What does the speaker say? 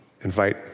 invite